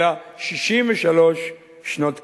אלא 63 שנות כיבוש.